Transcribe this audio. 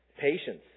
Patience